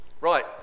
Right